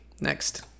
Next